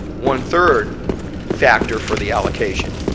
one third factor for the allocation,